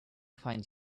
find